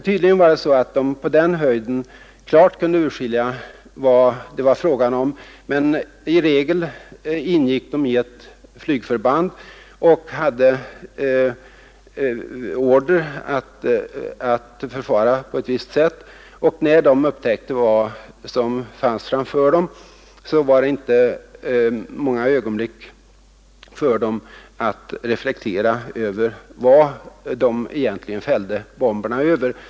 Tydligt var att de på den höjden klart kunde urskilja vad det var fråga om, men i regel ingick de i ett flygförband och hade order om att förfara på ett visst sätt. När de upptäckte vad som fanns framför dem hade de inte många ögonblick att reflektera på vad de egentligen fällde bomberna över.